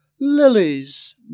Lilies